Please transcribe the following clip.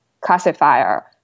classifier